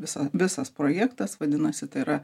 visa visas projektas vadinasi tai yra